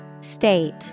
State